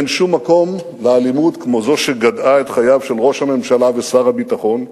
אין שום מקום לאלימות כמו זו שגדעה את חייו של ראש הממשלה ושר הביטחון,